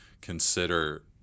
consider